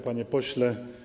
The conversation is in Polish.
Panie Pośle!